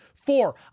Four